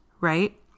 right